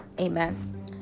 Amen